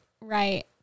Right